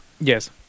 Yes